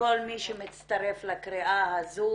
כל מי שמצטרף לקריאה הזו,